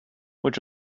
which